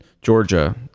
Georgia